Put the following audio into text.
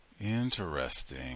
Interesting